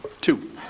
two